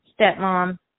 stepmom